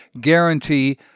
guarantee